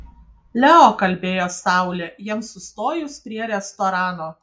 leo kalbėjo saulė jiems sustojus prie restorano